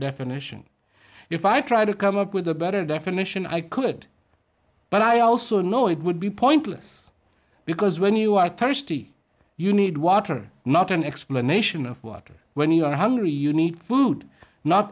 definition if i try to come up with a better definition i could but i also know it would be pointless because when you are thirsty you need water not an explanation of water when you are hungry you need food not